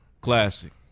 Classic